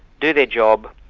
do their job,